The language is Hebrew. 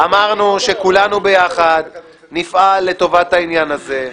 אמרנו שכולנו ביחד נפעל לטובת העניין הזה,